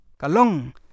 Kalong